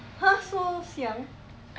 !huh! so siang